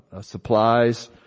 supplies